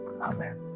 Amen